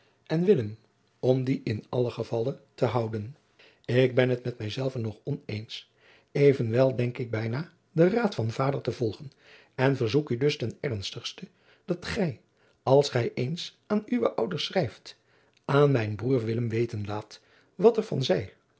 en willem om die in allen gevalle te houden ik ben het met mij zelve nog oneens evenwel denk ik bijna den raad van vader te volgen en verzoek u dus ten ernstigste dat gij als gij eens aan uwe ouders schrijft aan mijn broêr willem weten laat wat er van zij